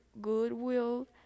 goodwill